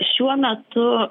šiuo metu